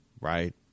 Right